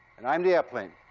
and i'm the airplane